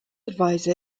advisor